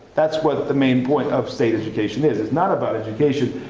that's what the main point of state education is. it's not about education.